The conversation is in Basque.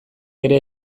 ere